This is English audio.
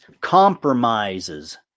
compromises